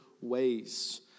ways